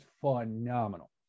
phenomenal